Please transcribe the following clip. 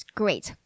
great